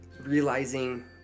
Realizing